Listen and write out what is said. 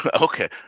Okay